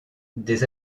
des